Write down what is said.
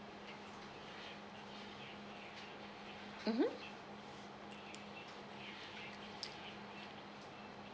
mmhmm